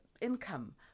income